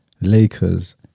Lakers